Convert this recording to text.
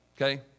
okay